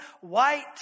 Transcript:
white